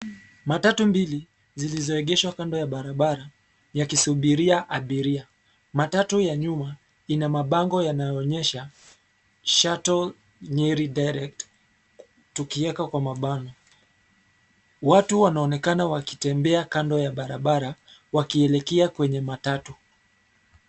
Matatu mbili zilizoegeshwa kando ya barabara yakisubiria abiria, matatu ya nyuma ina mabango inayoonyesha 'SHUTTLE NYERI DIRECT' tukieka kwa mabano. Watu wanaonekana wakitembea kando ya barabara wakielekea kwenye matatu.